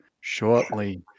shortly